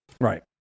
Right